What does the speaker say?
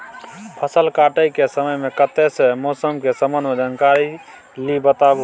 फसल काटय के समय मे कत्ते सॅ मौसम के संबंध मे जानकारी ली बताबू?